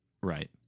Right